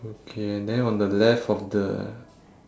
okay and then on the left of the